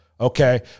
Okay